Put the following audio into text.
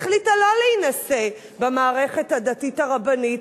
החליטה לא להינשא במערכת הדתית הרבנית,